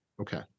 Okay